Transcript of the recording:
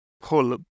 pull